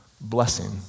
blessing